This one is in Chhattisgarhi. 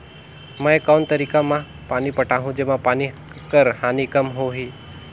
मैं कोन तरीका म पानी पटाहूं जेमा पानी कर हानि कम होही?